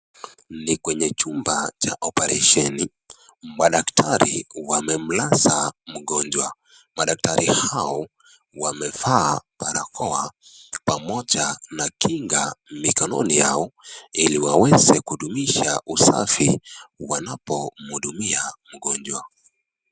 Ni kwenye chumba cha operesheni. Madaktari wamemlaza mgonjwa. Madaktari hao wamevaa barakoa pamoja na kinga mikononi yao ili waweze kudumisha usafi wanapomhudumia mgonjwa.